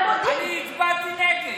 אני הצבעתי נגד.